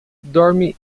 dorme